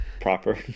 Proper